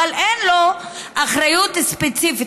אבל אין לו אחריות ספציפית,